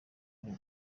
uri